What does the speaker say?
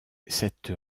cette